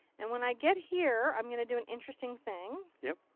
and when i get here, i'm going to do an interesting thing. yep.